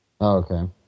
Okay